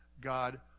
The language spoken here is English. God